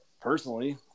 personally